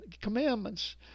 commandments